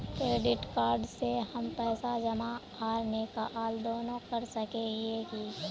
Credit card से हम पैसा जमा आर निकाल दोनों कर सके हिये की?